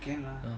can lah